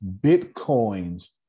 Bitcoin's